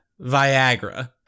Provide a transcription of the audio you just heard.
Viagra